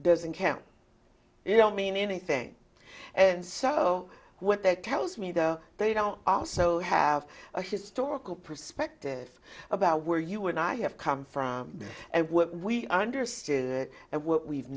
doesn't count you don't mean anything and so what that tells me that they don't are so have a historical perspective about where you and i have come from and what we understand and what we've